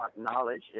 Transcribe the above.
knowledge